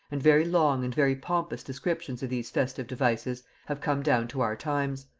and very long and very pompous descriptions of these festive devices have come down to our times.